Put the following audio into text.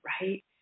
right